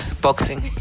boxing